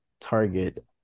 target